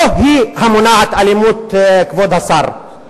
לא היא מונעת אלימות, כבוד השר.